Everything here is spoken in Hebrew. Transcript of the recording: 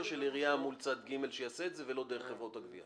של העירייה מול צד ג' שיעשה את זה ולא דרך חברות הגבייה.